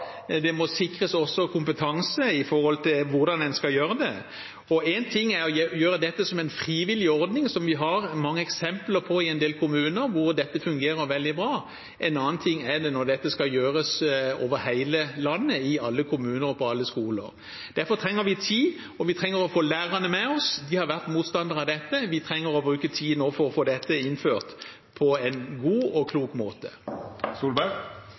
det må sikres kompetanse med tanke på hvordan en skal gjøre det. En ting er å gjøre dette som en frivillig ordning, som vi har mange eksempler på i en del kommuner hvor dette fungerer veldig bra. En annen ting er når dette skal gjøres over hele landet, i alle kommuner og på alle skoler. Derfor trenger vi tid, og vi trenger å få lærerne med oss. De har vært motstandere av dette. Vi trenger nå å bruke tid for å få dette innført på en god og klok måte.